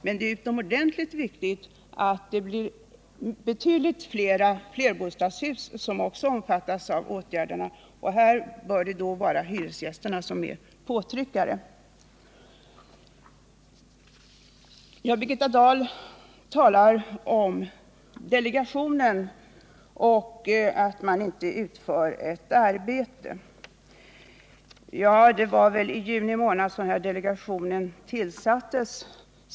Men det är utomordentligt viktigt att betydligt fler flerbostadshus också kommer att omfattas av åtgärderna. Här bör hyresgästerna vara påtryckare. Birgitta Dahl talar om att delegationen inte utför något arbete. Det var väl i juni månad som delegationen tillsattes.